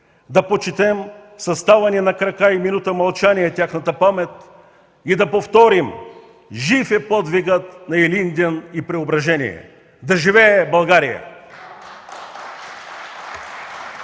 Да почетем със ставане на крака и минута мълчание тяхната памет и да повторим: „Жив е подвигът на Илинден и Преображение! Да живее България!